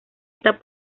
esta